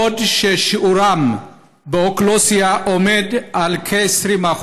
בעוד שיעורם באוכלוסייה הוא כ-20%.